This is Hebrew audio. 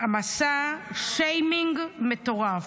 מסע שיימינג מטורף.